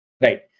right